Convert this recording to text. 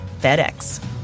FedEx